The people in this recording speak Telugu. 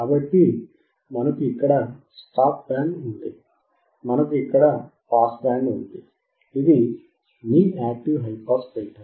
కాబట్టి మనకు ఇక్కడ స్టాప్ బ్యాండ్ ఉంది మనకు ఇక్కడ పాస్ బ్యాండ్ ఉంది ఇది మీ యాక్టివ్ హైపాస్ ఫిల్టర్